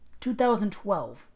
2012